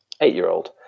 eight-year-old